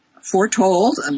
foretold